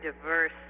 diverse